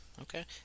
Okay